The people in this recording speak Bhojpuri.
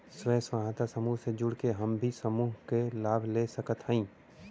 स्वयं सहायता समूह से जुड़ के हम भी समूह क लाभ ले सकत हई?